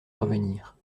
revenir